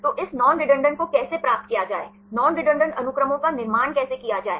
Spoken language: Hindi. तो इस नॉन रेडंडान्त को कैसे प्राप्त किया जाए नॉन रेडंडान्त अनुक्रमों का निर्माण कैसे किया जाए